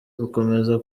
gukomoza